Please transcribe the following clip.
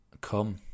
Come